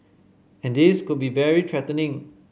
and this could be very threatening